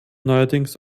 neuerdings